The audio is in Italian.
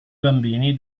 bambini